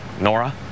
Nora